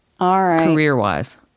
career-wise